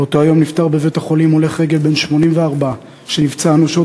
באותו יום נפטר בבית-החולים הולך רגל בן 84 שנפצע אנושות